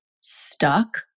stuck